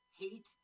Hate